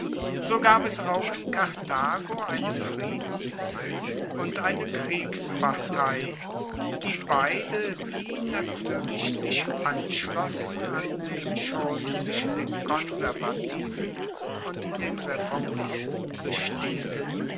so gab es auch in karthago eine friedens und eine kriegspartei die beide wie natuerlich sich anschlossen an den schon zwischen den konservativen und den reformisten bestehenden